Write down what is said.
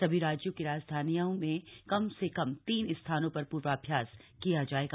सभी राज्यों की राजधानियों में कम से कम तीन स्थानों पर पूर्वाभ्यास किया जाएगा